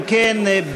אם כן,